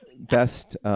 Best